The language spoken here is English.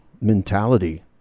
mentality